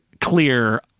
clear